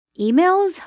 emails